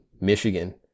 Michigan